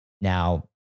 Now